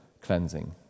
cleansing